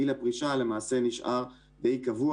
גיל הפרישה למעשה נשאר די קבוע,